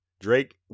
Drake